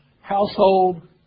household